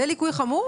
זה ליקוי חמור?